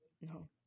No